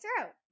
throat